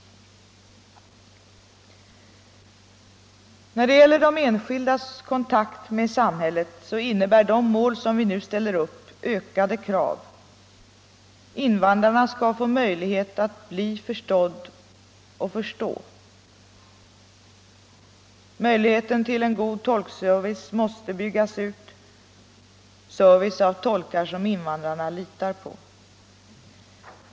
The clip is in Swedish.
När det gäller den enskildes kontakt med samhället innebär de mål vi nu ställer upp ökade krav. Invandraren skall få möjlighet att bli förstådd och förstå. Tolkservicen måste byggas ut, service av tolkar som invandrarna litar på.